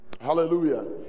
Hallelujah